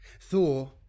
Thor